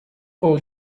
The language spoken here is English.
all